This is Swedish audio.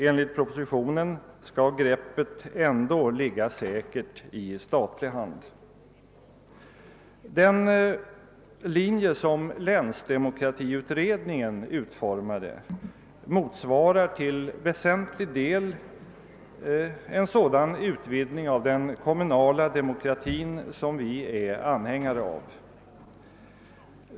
Enligt propositionen skall greppet ändå ligga säkert i statlig hand. Den linje som länsdemokratiutredningen utformade motsvarar till väsentlig del en sådan utvidgning av den kommunala demokratin som vi är anhängare av.